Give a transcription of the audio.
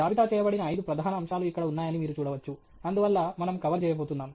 జాబితా చేయబడిన ఐదు ప్రధాన అంశాలు ఇక్కడ ఉన్నాయని మీరు చూడవచ్చు అందువల్ల మనము కవర్ చేయబోతున్నాం